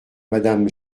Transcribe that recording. madame